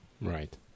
Right